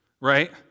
right